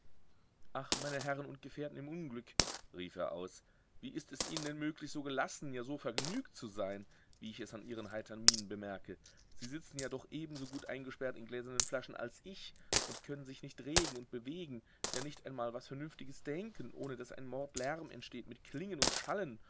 ach meine herren und gefährten im unglück rief er aus wie ist es ihnen denn möglich so gelassen ja so vergnügt zu sein wie ich es an ihren heitern mienen bemerke sie sitzen ja doch ebenso gut eingesperrt in gläsernen flaschen als ich und können sich nicht regen und bewegen ja nicht einmal was vernünftiges denken ohne daß ein mordlärm entsteht mit klingen und schallen